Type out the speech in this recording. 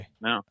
no